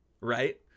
Right